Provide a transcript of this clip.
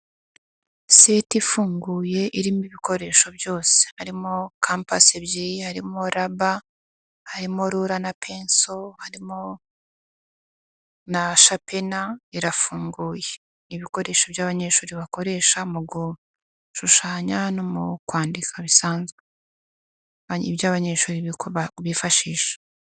Seti ifunguye irimo ibikoresho byose, harimo kampasi ebyiri, harimo raba, harimo lula na penso, harimo na shapena, irafunguye, ibikoresho by'abanyeshuri bakoresha mu gushushanya no mu kwandika bisanzwe, ni byo abanyeshuri bifashisha.